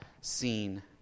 seen